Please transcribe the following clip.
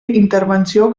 intervenció